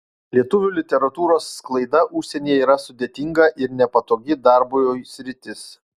lietuvių literatūros sklaida užsienyje yra sudėtinga ir nepatogi darbui sritis